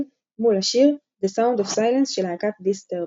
מול השיר "The Sound of Silence" של להקת דיסטרבד.